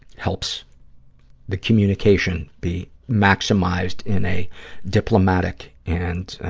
helps the communication be maximized in a diplomatic and,